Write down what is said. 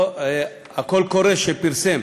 הקול קורא שפרסם